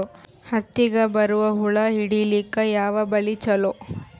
ಹತ್ತಿಗ ಬರುವ ಹುಳ ಹಿಡೀಲಿಕ ಯಾವ ಬಲಿ ಚಲೋ?